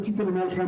רציתי לומר לך,